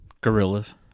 gorillas